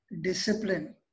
discipline